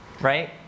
Right